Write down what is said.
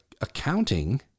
accounting